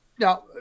Now